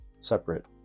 separate